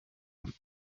and